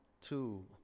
two